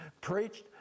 preached